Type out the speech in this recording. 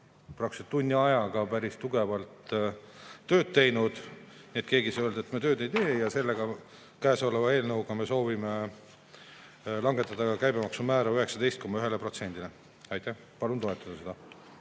praktiliselt tunni ajaga päris tugevalt tööd teinud, nii et keegi ei saa öelda, et me tööd ei tee. Ja selle käesoleva eelnõuga me soovime langetada käibemaksumäära 19,1%‑le. Palun toetada!